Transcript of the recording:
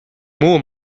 muu